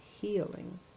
healing